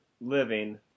living